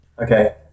Okay